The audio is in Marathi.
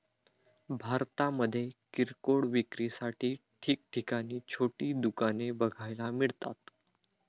भारतामध्ये किरकोळ विक्रीसाठी ठिकठिकाणी छोटी दुकाने बघायला मिळतात